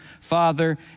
Father